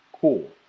cool